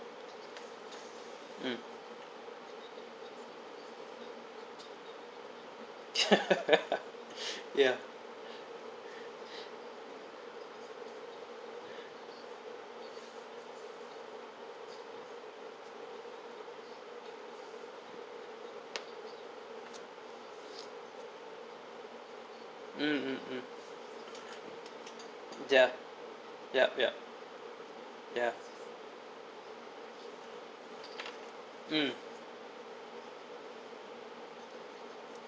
mm ya mm mm mm ya yup yup ya mm